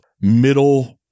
middle